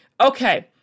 Okay